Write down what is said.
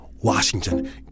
Washington